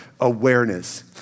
awareness